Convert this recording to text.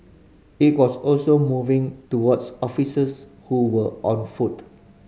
it was also moving towards officers who were on foot